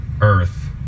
Earth